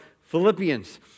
Philippians